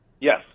Yes